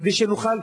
כדי שנוכל,